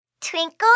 Twinkle